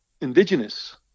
indigenous